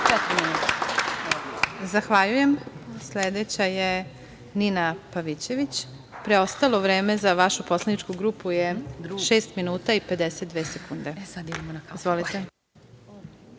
**Elvira Kovač** Zahvaljujem. Sledeća je Nina Pavićević. Preostalo vreme za vašu poslaničku grupu je šest minuta i 52 sekunde. Izvolite.